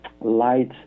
light